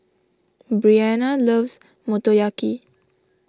Breanna loves Motoyaki